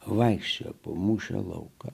vaikščiojo po mūšio lauką